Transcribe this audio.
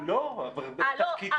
לא -- אה,